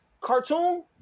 cartoon